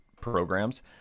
programs